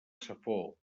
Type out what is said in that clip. safor